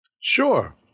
sure